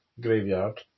graveyard